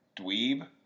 dweeb